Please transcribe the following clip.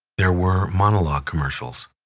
there were monologue commercials,